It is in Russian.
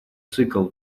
цикл